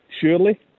surely